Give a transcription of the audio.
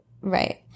Right